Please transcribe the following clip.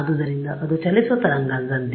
ಆದ್ದರಿಂದ ಅದು ಚಲಿಸುವ ತರಂಗದಂತೆ